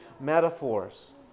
metaphors